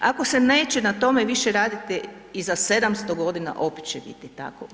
Ako se neće na tome više raditi iza 700.g. opet će biti tako.